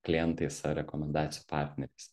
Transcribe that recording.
klientais ar rekomendacijų partneriais